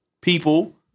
people